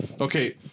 okay